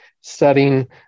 setting